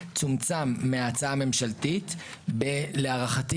הזמן הזה צומצם מההצעה הממשלתית להערכתי